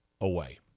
away